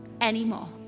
anymore